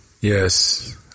Yes